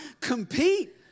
compete